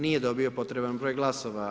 Nije dobio potreban broj glasova.